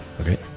okay